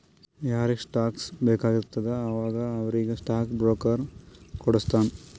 ಯಾರಿಗ್ ಸ್ಟಾಕ್ಸ್ ಬೇಕ್ ಆಗಿರ್ತುದ ಅವಾಗ ಅವ್ರಿಗ್ ಸ್ಟಾಕ್ ಬ್ರೋಕರ್ ಕೊಡುಸ್ತಾನ್